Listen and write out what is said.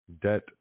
debt